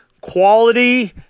quality